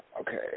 okay